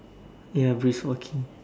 ya before King